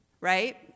right